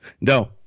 No